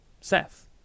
Seth